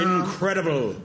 Incredible